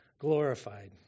glorified